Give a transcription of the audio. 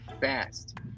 fast